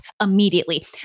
immediately